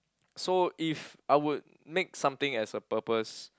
so if I would make something as a purpose